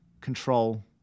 control